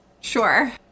Sure